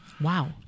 Wow